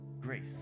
grace